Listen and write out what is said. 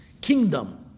kingdom